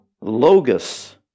logos